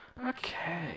Okay